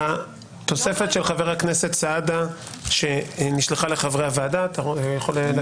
אמרתי לכל חבר ועדה שרוצה להתייחס --- אני רוצה